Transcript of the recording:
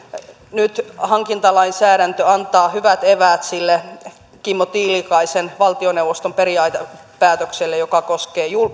nyt hankintalainsäädäntö antaa hyvät eväät sille kimmo tiilikaisen valtioneuvoston periaatepäätökselle joka koskee